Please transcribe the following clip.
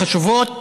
החשובות,